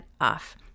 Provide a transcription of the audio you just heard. off